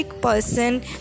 person